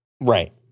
right